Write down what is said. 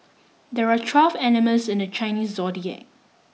there are twelve animals in the Chinese zodiac